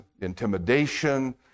intimidation